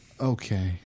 okay